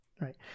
right